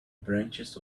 branches